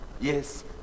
yes